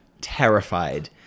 terrified